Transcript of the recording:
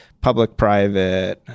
public-private